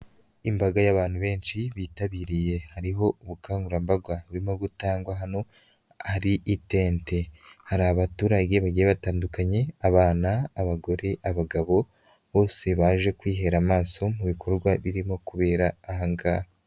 Imbaga y'abantu benshi bitabiriye, hariho ubukangurambaga burimo gutangwa hano, hari itente, hari abaturage bagiye batandukanye, abana, abagore, abagabo, bose baje kwihera amaso mu bikorwa birimo kubera aha ngaha.